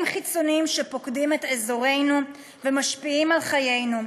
חיצוניים שפוקדים את אזורנו ומשפיעים על חיינו.